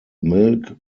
milk